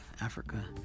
Africa